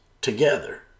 together